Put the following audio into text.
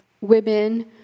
women